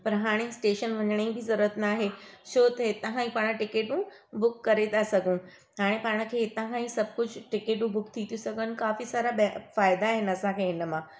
पर हाणे स्टेशन वञण जी बि ज़रूरत न आहे छो त हितां खां ई पाण टिकेटूं बुक करे था सघूं हाणे पाण खे हितां खां ई सभु कुझु टिक़ेटूं बुक थी थियूं सघनि ऐं काफ़ी सारा ब फ़ाइदा आहिनि असांखे हिन मां